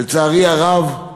לצערי הרב,